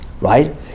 Right